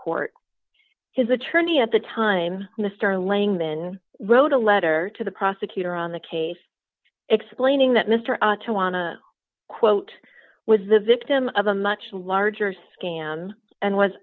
court his attorney at the time mr lang then wrote a letter to the prosecutor on the case explaining that mr ought to want to quote was the victim of a much larger scam and was